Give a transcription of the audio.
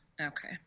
okay